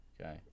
Okay